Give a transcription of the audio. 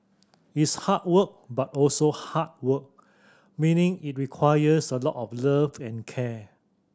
it's hard work but also heart work meaning it requires a lot of love and care